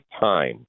time